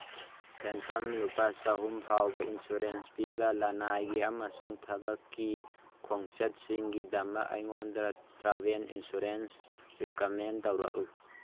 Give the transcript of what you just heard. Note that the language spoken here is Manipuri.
ꯁꯦꯟꯐꯝ ꯂꯨꯄꯥ ꯆꯍꯨꯝ ꯐꯥꯎꯕ ꯏꯟꯁꯨꯔꯦꯟꯁ ꯄꯤꯕ ꯂꯅꯥꯏꯒꯤ ꯑꯃꯁꯨꯡ ꯊꯕꯛꯀꯤ ꯈꯣꯡꯆꯠꯁꯤꯡꯒꯤꯗꯃꯛ ꯑꯩꯉꯣꯟꯗ ꯇ꯭ꯔꯥꯚꯦꯟ ꯏꯟꯁꯨꯔꯦꯟꯁ ꯔꯤꯀꯃꯦꯟ ꯇꯧꯔꯛꯎ